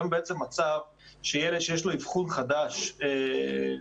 היום יש מצב שילד שיש לו אבחון חדש אחרי